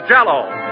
Jell-O